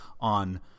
on